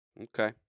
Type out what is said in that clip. Okay